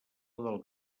del